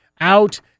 out